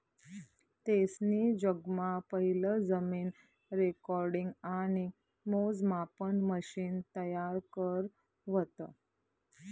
तेसनी जगमा पहिलं जमीन रेकॉर्डिंग आणि मोजमापन मशिन तयार करं व्हतं